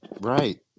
Right